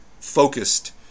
focused